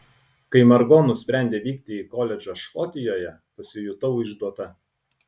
kai margo nusprendė vykti į koledžą škotijoje pasijutau išduota